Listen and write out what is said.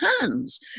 hands